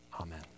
Amen